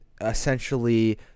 essentially